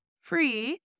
free